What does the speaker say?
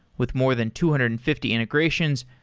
with more than two hundred and fifty integrations,